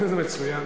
מצוין.